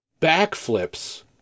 backflips